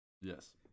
Yes